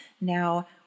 Now